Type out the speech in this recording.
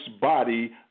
body